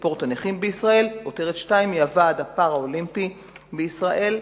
לספורט הנכים בישראל ועותרת 2 היא הוועד הפראלימפי של ישראל.